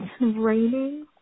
raining